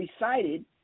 recited